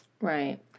Right